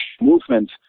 movement